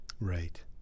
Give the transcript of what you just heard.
right